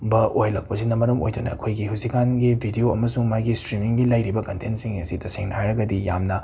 ꯕ ꯑꯣꯏꯍꯜꯂꯛꯄꯁꯤꯅ ꯃꯔꯝ ꯑꯣꯏꯗꯨꯅ ꯑꯩꯈꯣꯏꯒꯤ ꯍꯨꯖꯤꯛꯀꯥꯟꯒꯤ ꯕꯤꯗꯤꯑꯣ ꯑꯃꯁꯨꯡ ꯃꯥꯒꯤ ꯏꯁꯇ꯭ꯔꯤꯃꯤꯡꯒꯤ ꯂꯩꯔꯤꯕ ꯀꯟꯇꯦꯟꯁꯤꯡ ꯑꯁꯤ ꯇꯁꯦꯡꯅ ꯍꯥꯏꯔꯒꯗꯤ ꯌꯥꯝꯅ